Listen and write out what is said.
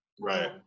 Right